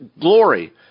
glory